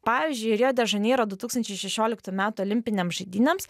pavyzdžiui rio de žaneiro du tūkstančiai šešioliktų metų olimpinėms žaidynėms